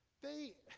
they,